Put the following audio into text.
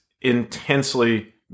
intensely